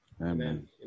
Amen